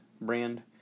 brand